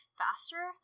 faster